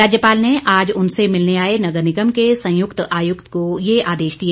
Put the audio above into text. राज्यपाल ने आज उनसे मिलने आए नगर निगम के संयुक्त आयुक्त को ये आदेश दिए